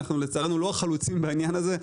לצערנו, אנחנו לא החלוצים בעניין הזה.